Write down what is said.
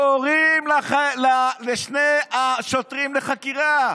קוראים לשני השוטרים לחקירה,